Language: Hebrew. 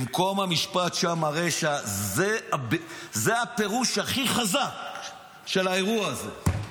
"מקום המשפט שמה הרשע" זה הפירוש הכי חזק של האירוע הזה.